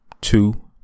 two